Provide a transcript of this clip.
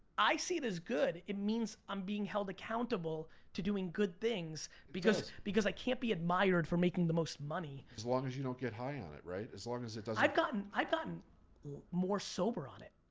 i see it as good. it means i'm being held accountable to doing good things because because i can't be admired for making the most money. as long as you don't get high on it. as long as it doesn't i've gotten i've gotten more sober on it.